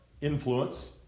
influence